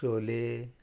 chole